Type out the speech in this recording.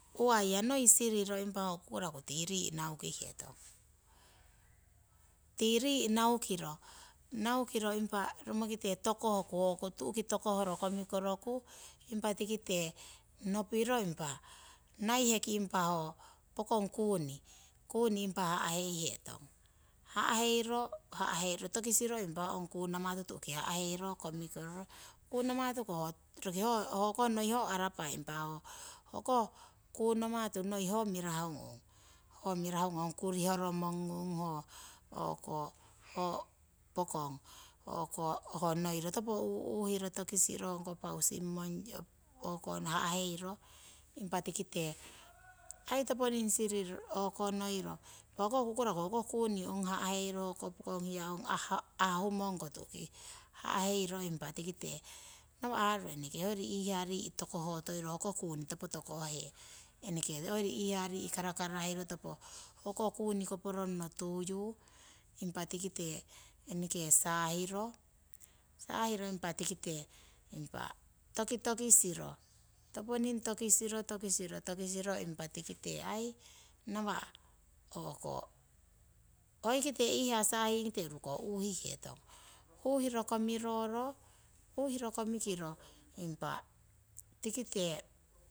Uwaiya noi siriro impa ho kukuraku tii rii' naukihetong, tii rii' naukiro impa romokite tokohku tu'ki tokohro komikoroku impa tikite nopiro naiheki impa ho pokong kuni impa. ha'heihetong' ha'heiro ha'heiro tokisiro impa ho kunamatu ha'heiro komikiro, kunamatu noiro arapah impa hoko kunamatu noiho mirahungung ong kurihoromong ho pokong noiro topo. uuhiro tokisiro ho pausingmong yii ha'heiro impa tikite aii toponing siriro aii noiro impa hokoh kukuraku hoko kuni ha'heiro, pokong hiyangung ha'hungmoko tu'ki ha'heiro impa. tikite nawa' haruro hoyori iihaa rii' tokohotoiro ho koto rii' topo tokoh he. Hoyori iihaa rii' topo karakara hiro hokoh kuni topo koporongno tuyu impa tikite eneke sahiro, sahiro impa tikite impa tokitokisiro toponing tokisiro tokisiro impa tikite aii nawa' o'ko hoikite iihaa sahngite urukoh uhihetong uuhiro komikiro uuhiro komikiro impa tikite.